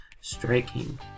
striking